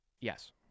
Yes